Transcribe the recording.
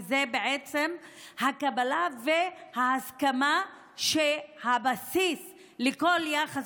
כי זאת בעצם הקבלה וההסכמה שהבסיס לכל יחס